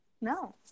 no